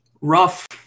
rough